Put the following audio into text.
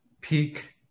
peak